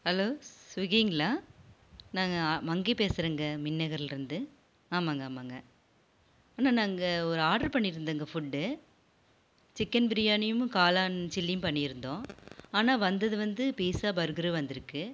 hello ஸ்விகிங்களா நாங்கள் மங்கை பேசுறேங்க மின்நகரில் இருந்து ஆமாங்க ஆமாங்க அண்ணா நாங்கள் ஒரு ஆர்டர் பண்ணி இருந்தோங்க ஃபுட்டு சிக்கன் பிரியாணியும் காளான் சில்லியும் பண்ணி இருந்தோம் ஆனால் வந்தது வந்து பிட்சா பர்கரும் வந்திருக்கு